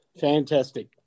Fantastic